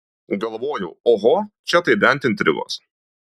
galvojau oho čia tai bent intrigos